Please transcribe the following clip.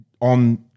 on